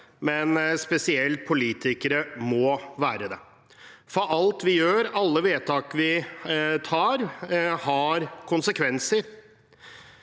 men spesielt politikere må være det, for alt vi gjør, alle vedtak vi fatter, har konsekvenser.